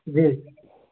جی